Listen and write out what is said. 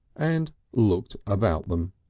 and looked about them.